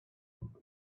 then